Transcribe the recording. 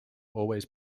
always